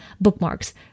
bookmarks